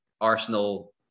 Arsenal